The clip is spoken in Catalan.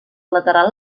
lateral